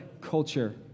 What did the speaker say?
culture